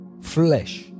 flesh